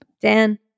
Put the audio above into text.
Dan